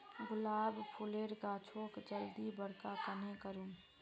गुलाब फूलेर गाछोक जल्दी बड़का कन्हे करूम?